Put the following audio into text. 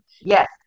Yes